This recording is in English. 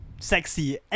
Sexy